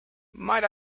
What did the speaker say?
might